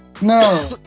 No